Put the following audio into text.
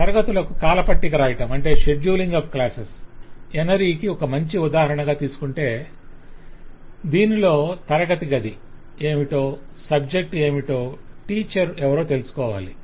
తరగతులకు కాలపట్టి రాయటం ఎన్ ఆరీ కి ఒక మంచి ఉదాహరణగా తీసుకొంటే దీనిలో తరగతి గది ఏమిటో సబ్జెక్టు ఏమిటో టీచర్ ఎవరో తెలుసుకోవాలి